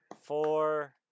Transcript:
Four